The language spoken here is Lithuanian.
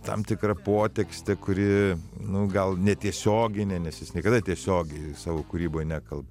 tam tikra potekste kuri nu gal netiesioginė nes jis niekada tiesiogiai savo kūryboj nekalba